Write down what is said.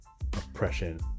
oppression